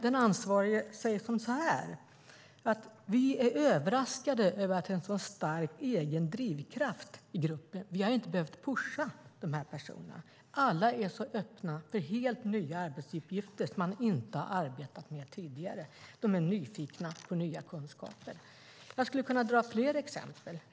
Den ansvarige säger så här: Vi "är överraskade över att det är en så stark egen drivkraft i gruppen. Vi har inte behövt pusha de här personerna -. Alla är så öppna för helt nya arbetsuppgifter, som man inte arbetat med tidigare. De är nyfikna på nya kunskaper." Jag skulle kunna dra fler exempel.